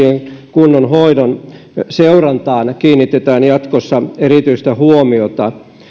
kunnon hoidon seurantaan kiinnitetään jatkossa erityistä huomiota